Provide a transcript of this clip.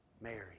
Mary